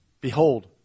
Behold